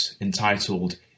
entitled